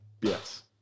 Yes